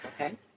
Okay